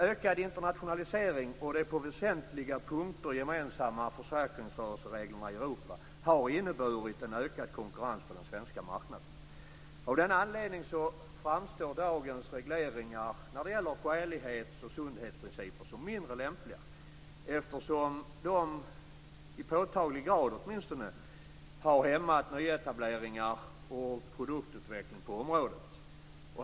Ökad internationalisering och de på väsentliga punkter gemensamma försäkringsrörelsereglerna i Europa har inneburit en ökad konkurrens på den svenska marknaden. Av denna anledning framstår dagens regleringar när det gäller skälighets och sundhetsprinciper som mindre lämpliga, eftersom de i påtaglig grad har hämmat nyetableringar och produktutveckling på området.